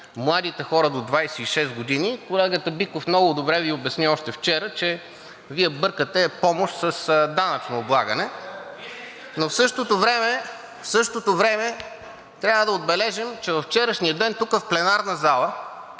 младите хора до 26 години. Колегата Биков много добре Ви обясни още вчера, че Вие бъркате помощ с данъчно облагане. (Реплика от „БСП за България“.) Но в същото време трябва да отбележим, че във вчерашния ден тук в пленарната зала